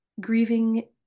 grieving